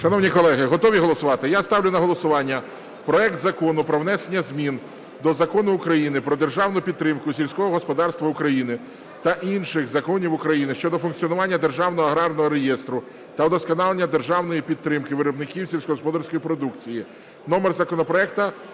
Шановні колеги, готові голосувати? Я ставлю на голосування проект Закону про внесення змін до Закону України "Про державну підтримку сільського господарства України" та інших законів України щодо функціонування Державного аграрного реєстру та удосконалення державної підтримки виробників сільськогосподарської продукції (номер законопроекту